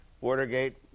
Watergate